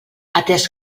atès